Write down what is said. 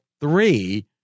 three